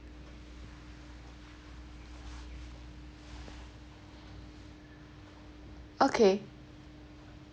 okay